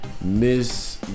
Miss